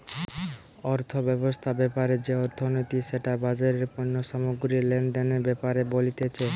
অর্থব্যবস্থা ব্যাপারে যে অর্থনীতি সেটা বাজারে পণ্য সামগ্রী লেনদেনের ব্যাপারে বলতিছে